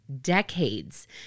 decades